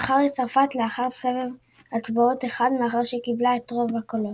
ובחר את צרפת לאחר סבב הצבעות אחד מאחר שקיבלה את רוב הקולות.